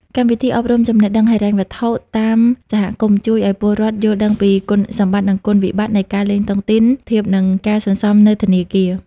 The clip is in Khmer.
កម្មវិធីអប់រំចំណេះដឹងហិរញ្ញវត្ថុតាមសហគមន៍ ជួយឱ្យពលរដ្ឋយល់ដឹងពីគុណសម្បត្តិ និងគុណវិបត្តិនៃការលេងតុងទីនធៀបនឹងការសន្សំនៅធនាគារ។